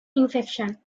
infection